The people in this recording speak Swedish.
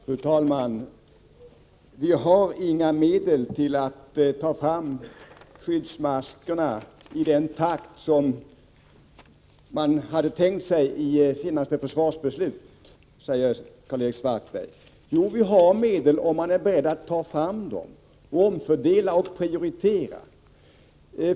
Fru talman! Vi har inga medel för att ta fram skyddsmasker i den takt som man hade tänkt sig i det senaste försvarsbeslutet, säger Karl-Erik Svartberg. Jo, vi har medel, om man är beredd att ta fram dem samt omfördela och prioritera.